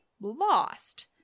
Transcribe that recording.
lost